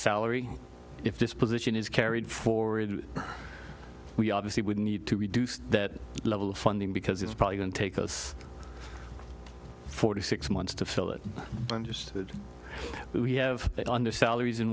salary if this position is carried forward we obviously would need to reduce that level of funding because it's probably going to take us forty six months to fill it just that we have under salaries